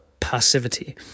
passivity